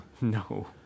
No